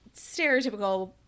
stereotypical